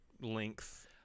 length